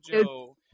Joe